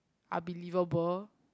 unbelievable